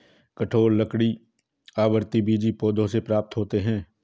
कठोर लकड़ी आवृतबीजी पौधों से प्राप्त होते हैं